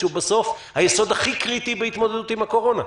שהוא בסוף היסוד הכי קריטי בהתמודדות עם הקורונה.